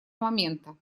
момента